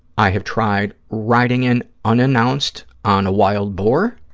i have tried riding in unannounced on a wild boar.